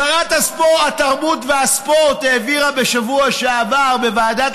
שרת התרבות והספורט העבירה בשבוע שעבר בוועדת